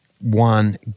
one